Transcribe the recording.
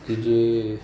ਕਿ ਜੇ